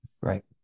right